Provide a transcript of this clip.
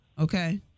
okay